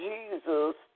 Jesus